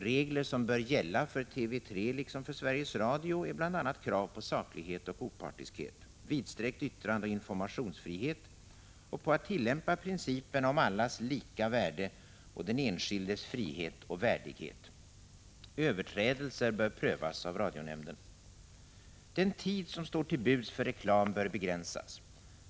Regler som bör gälla för TV 3, liksom för Sveriges Radio, är bl.a. krav på saklighet och opartiskhet, vidsträckt yttrandeoch informationsfrihet och på att tillämpa principerna om allas lika värde och den enskildes frihet och värdighet. Överträdelser bör prövas av radionämnden. Den tid som står till buds för reklam bör begränsas.